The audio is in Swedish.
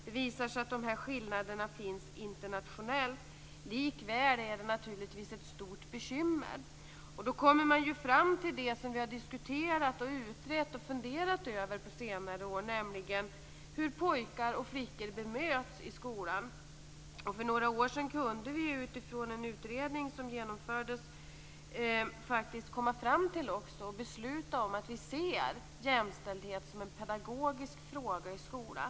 Det visar sig att dessa skillnader finns internationellt. Likväl är de naturligtvis ett stort bekymmer. Man kommer fram till det som vi har diskuterat, utrett och funderat över på senare år, nämligen hur pojkar och flickor bemöts i skolan. För några år sedan kunde vi utifrån en utredning som genomfördes faktiskt också komma fram till ett beslut om att se jämställdhet som en pedagogisk fråga i skolan.